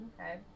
Okay